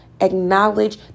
acknowledge